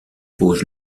pose